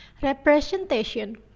Representation